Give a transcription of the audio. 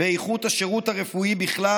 באיכות השירות הרפואי בכלל,